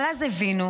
אבל אז הבינו,